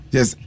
Yes